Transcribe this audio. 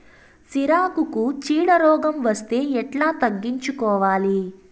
సిరాకుకు చీడ రోగం వస్తే ఎట్లా తగ్గించుకోవాలి?